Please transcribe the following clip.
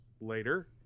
later